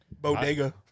bodega